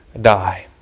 die